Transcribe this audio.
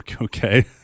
okay